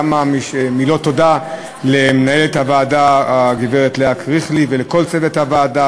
כמה מילות תודה למנהלת הוועדה הגברת לאה קריכלי ולכל צוות הוועדה